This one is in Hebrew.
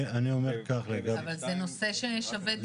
אבל זה נושא ששווה דיון.